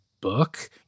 book